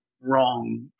wrong